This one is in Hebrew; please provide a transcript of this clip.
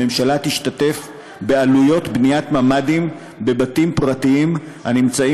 הממשלה תשתתף בעלויות בניית ממ"דים בבתים פרטיים הנמצאים